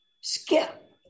Skip